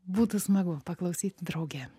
būtų smagu paklausyti drauge